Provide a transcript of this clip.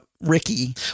Ricky